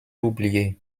oubliée